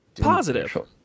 positive